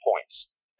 points